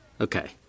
Okay